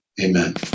Amen